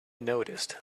noticed